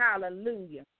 Hallelujah